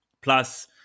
Plus